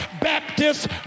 Baptists